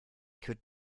could